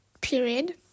period